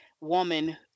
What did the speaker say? woman